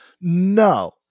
No